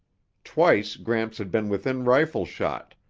twice gramps had been within rifle shot,